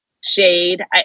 shade